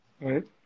right